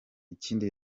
ikindi